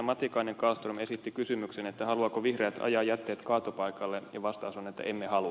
matikainen kallström esitti kysymyksen haluavatko vihreät ajaa jätteet kaatopaikalle ja vastaus on että emme halua